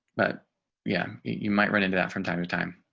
but yeah, you might run into that from time to time.